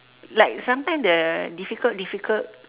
like sometime the difficult difficult